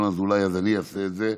זו הצעת חוק חברתית.